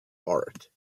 art